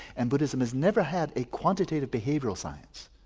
and buddhism has never had a quantitative behavioural science.